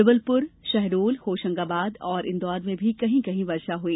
जबलपुर शहडोल होशंगाबाद और इंदौर में भी कहीं कहीं वर्षा हुई